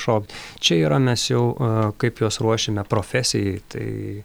šokt čia yra nes jau kaip juos ruošiame profesijai tai